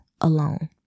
alone